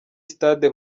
stade